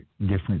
different